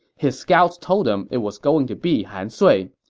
his scouts told him it was going to be han sui.